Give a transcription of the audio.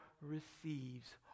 receives